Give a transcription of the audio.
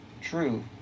True